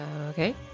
Okay